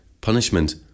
punishment